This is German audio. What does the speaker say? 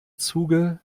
zuge